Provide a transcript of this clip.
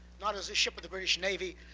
not as a ship of the british navy,